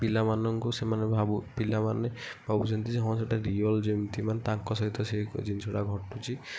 ପିଲାମାନଙ୍କୁ ସେମାନେ ଭାବୁ ପିଲାମାନେ ଭାବୁଛନ୍ତି ଯେ ସେଇଟା ରିଅଲ୍ ଯେମିତି ତାଙ୍କ ସହିତ ସେ ଜିନିଷଟା ଘଟୁଛି